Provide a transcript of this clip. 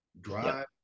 drive